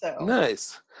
nice